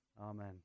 Amen